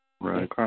Right